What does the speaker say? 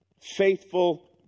faithful